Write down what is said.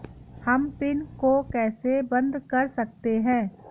हम पिन को कैसे बंद कर सकते हैं?